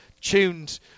tuned